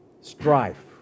strife